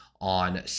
on